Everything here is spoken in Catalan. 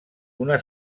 una